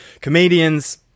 comedians